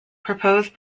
proposed